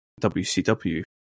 WCW